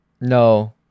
No